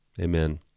Amen